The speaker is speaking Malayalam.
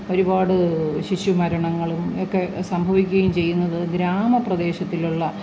ഒരുപാട് ശിശു മരണങ്ങളും ഒക്കെ സംഭവിക്കുകയും ചെയ്യുന്നത് ഗ്രാമപ്രേദേശത്തിലുള്ള